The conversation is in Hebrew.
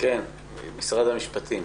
משר המשפטים,